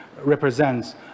represents